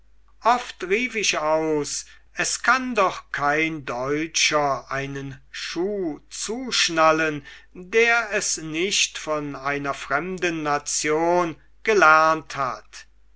oft rief ich aus es kann doch kein deutscher einen schuh zuschnallen der es nicht von einer fremden nation gelernt hat